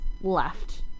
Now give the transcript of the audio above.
left